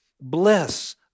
bless